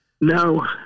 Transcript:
No